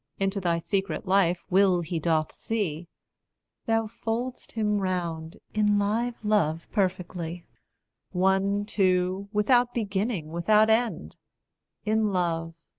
into thy secret life-will he doth see thou fold'st him round in live love perfectly one two, without beginning, without end in love,